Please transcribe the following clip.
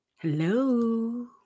Hello